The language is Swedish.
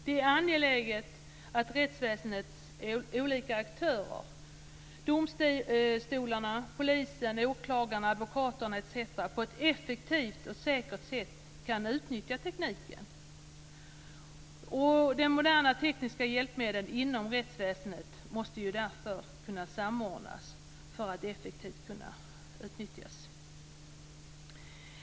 Det är angeläget att rättsväsendets olika aktörer - på ett effektivt och säkert sätt kan utnyttja tekniken. De moderna tekniska hjälpmedlen inom rättsväsendet måste kunna samordnas för att effektivt kunna utnyttjas.